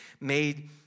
made